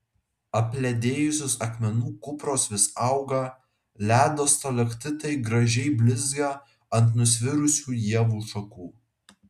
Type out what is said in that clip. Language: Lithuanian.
apledėjusios akmenų kupros vis auga ledo stalaktitai gražiai blizga ant nusvirusių ievų šakų